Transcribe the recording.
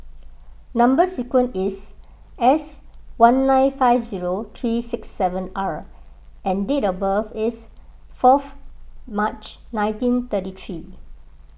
Number Sequence is S one nine five zero three six seven R and date of birth is forth March nineteen thirty three